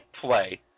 play